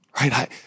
Right